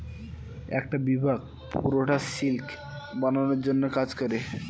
একটা বিভাগ পুরোটা সিল্ক বানানোর জন্য কাজ করে